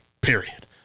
period